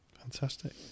Fantastic